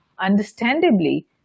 understandably